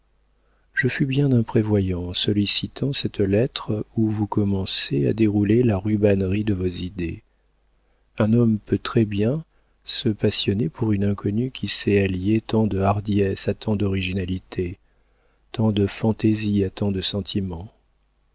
je fus bien imprévoyant en sollicitant cette lettre où vous commencez à dérouler la rubannerie de vos idées un homme peut très bien se passionner pour une inconnue qui sait allier tant de hardiesse à tant d'originalité tant de fantaisie à tant de sentiment